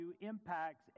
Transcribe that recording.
impacts